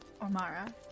Ormara